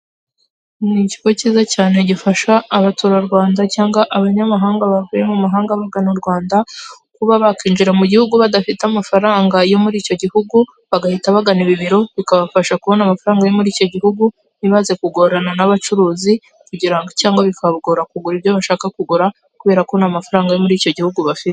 Ni ikigo cyiza cyane gifasha abaturarwanda cyangwa abanyamahanga bavuye mu mahanga bagana u Rwanda. kuba bakinjira mu gihugu badafite amafaranga yo muri icyo gihugu, bagahita bagana ibi biro bikabafasha kubona amafaranga yo muri icyo gihugu. Ntibaze kugorana n'abacuruzi kugira cyangwa bikabagora kugura ibyo bashaka kugura kubera ko nta mafaranga yo muri icyo gihugu bafite.